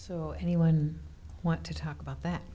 so anyone want to talk about that